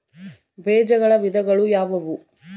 ಬೇಜಗಳ ವಿಧಗಳು ಯಾವುವು?